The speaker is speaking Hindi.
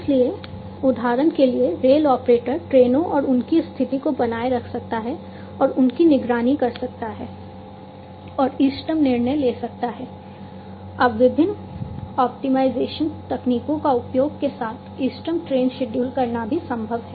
इसलिए इसलिए उदाहरण के लिए रेल ऑपरेटर ट्रेनों और उनकी स्थितियों को बनाए रख सकता है और उनकी निगरानी कर सकता है और इष्टतम निर्णय ले सकता है अब विभिन्न ऑप्टिमाइज़ेशन तकनीकों के उपयोग के साथ इष्टतम ट्रेन शेड्यूल करना भी संभव है